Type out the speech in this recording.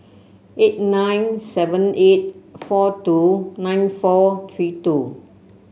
eight nine seven eight four two nine four three two